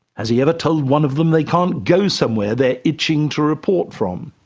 has he ever told one of them they can't go somewhere they're itching to report from?